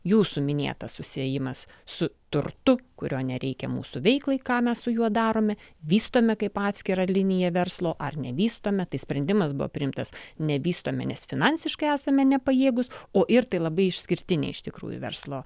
jūsų minėtas susiejimas su turtu kurio nereikia mūsų veiklai ką mes su juo darome vystome kaip atskirą liniją verslo ar nevystome tai sprendimas buvo priimtas nevystome nes finansiškai esame nepajėgūs o ir tai labai išskirtinė iš tikrųjų verslo